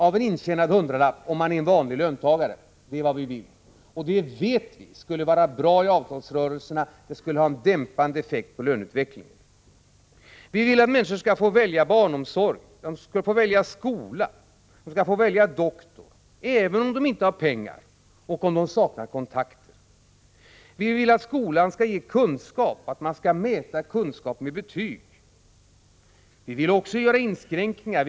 av en intjänad hundralapp om man är en vanlig löntagare — det är vad vi vill. Vi vet att det skulle vara bra i avtalsrörelserna — det skulle ha en dämpande effekt på löneutvecklingen. Vi vill att människor skall få välja barnomsorg, skola och doktor, även om de inte har pengar och även om de saknar kontakter. Vi vill att skolan skall ge kunskap och att man skall mäta kunskap med betyg. Vi vill också göra inskränkningar.